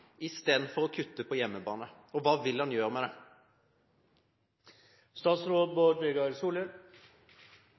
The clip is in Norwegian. istedenfor å kutte på hjemmebane? Og hva vil han gjøre med